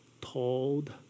told